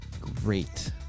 great